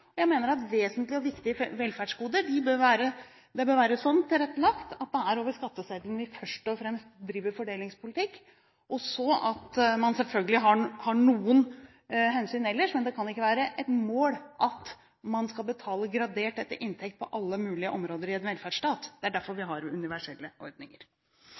evne. Jeg mener at vesentlige og viktige velferdsgoder bør være tilrettelagt slik at vi først og fremst driver fordelingspolitikk over skatteseddelen, og at man selvfølgelig tar noen hensyn ellers. Men det kan ikke være et mål at man skal betale gradert etter inntekt på alle mulige områder i en velferdsstat. Det er derfor vi har universelle ordninger.